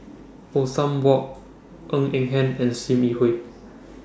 Othman Wok Ng Eng Hen and SIM Yi Hui